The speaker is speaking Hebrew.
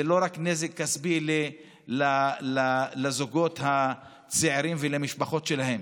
זה לא רק נזק כספי לזוגות הצעירים ולמשפחות שלהם.